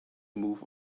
move